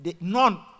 None